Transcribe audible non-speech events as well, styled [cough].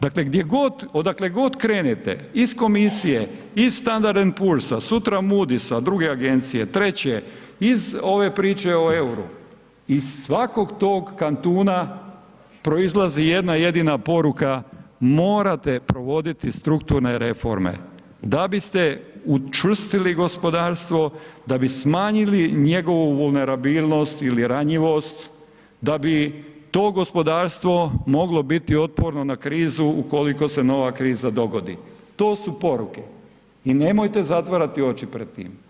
Dakle gdje god, odakle god krenete, iz Komisije, iz Standard and Poor's, sutra Moody's-a druge agencije, treće, iz ove priče o EUR-u, iz svakog tog kantuna proizlazi jedna jedina poruka, morate provoditi strukturne reforme da biste učvrstili gospodarstvo, da bi smanjili njegovu ... [unintelligible] ili ranjivost, da bi to gospodarstvo moglo biti otporno na krizu ukoliko se nova kriza dogodi, to su poruke i nemojte zatvarati oči pred tim.